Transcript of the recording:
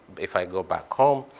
if i go back home,